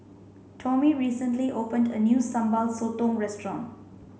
Tomie recently opened a new Sambal Sotong restaurant